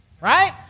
right